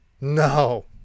no